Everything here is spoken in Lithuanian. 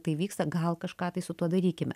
tai vyksta gal kažką tai su tuo darykime